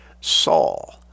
Saul